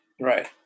Right